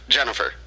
Jennifer